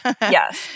Yes